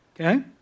okay